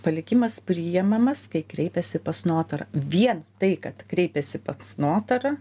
palikimas priimamas kai kreipiasi pas notarą vien tai kad kreipiasi pas notarą